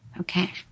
Okay